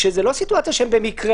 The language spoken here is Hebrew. כשהם לא הגיעו לשם במקרה.